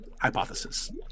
hypothesis